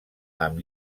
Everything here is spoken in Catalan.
amb